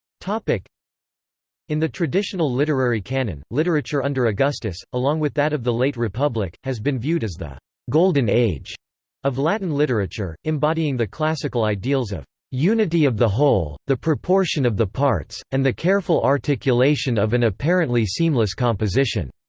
like in the traditional literary canon, literature under augustus, along with that of the late republic, has been viewed as the golden age of latin literature, embodying the classical ideals of unity of the whole, the proportion of the parts, and the careful articulation of an apparently seamless composition.